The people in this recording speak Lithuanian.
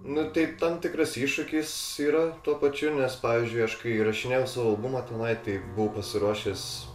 nu tai tam tikras iššūkis yra tuo pačiu nes pavyzdžiui aš kai įrašinėjau albumą tenai tai buvau pasiruošęs